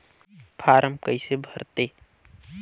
Form कइसे भरते?